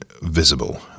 visible